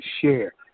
share